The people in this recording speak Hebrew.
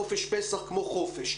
חופש פסח כמו חופש.